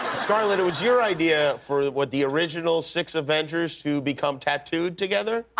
scarlett, it was your idea for what the original six avengers to become tattooed together?